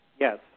Yes